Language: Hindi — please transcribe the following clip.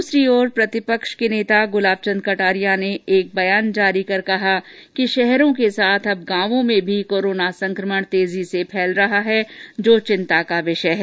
दूसरी ओर प्रतिपक्ष के नेता गुलाबचंद कटारिया ने एक बयान जारी कर कहा कि शहरों के साथ अब गांवों में भी कोरोना संकमण तेजी से फैल रहा है जो चिंता का विषय है